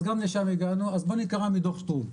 אז גם לשם הגענו, אז בוא נקרא מדו"ח שטרום.